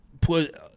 put